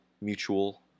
mutual